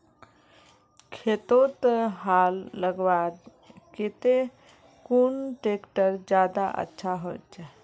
खेतोत हाल लगवार केते कुन ट्रैक्टर ज्यादा अच्छा होचए?